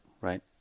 Right